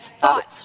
thoughts